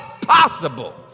possible